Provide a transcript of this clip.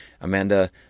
amanda